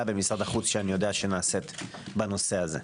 במשרד החוץ שאני יודע שנעשית בנושא הזה.